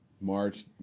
March